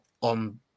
on